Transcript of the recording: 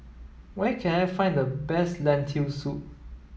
where can I find the best Lentil soup